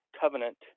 covenant